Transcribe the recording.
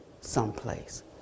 someplace